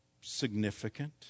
significant